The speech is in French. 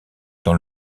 dans